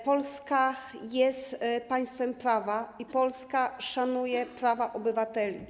Polska jest państwem prawa i Polska szanuje prawa obywateli.